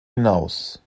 hinaus